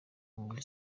muri